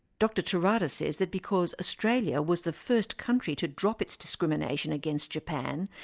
dr terada says that because australia was the first country to drop its discrimination against japan,